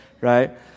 right